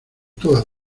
todas